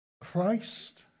Christ